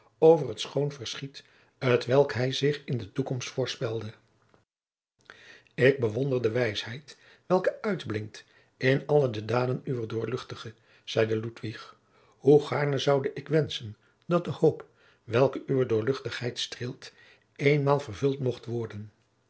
over het schoon verschiet t welk hij zich in de toekomst voorspelde ik bewonder de wijsheid welke uitblinkt in al de daden uwer doorl zeide ludwig hoe gaarne zoude ik wenschen dat de hoop welke uwe doorl streelt eenmaal vervult mocht worden